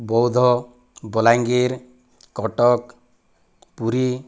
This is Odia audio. ବୌଦ୍ଧ ବଲାଙ୍ଗୀର କଟକ ପୁରୀ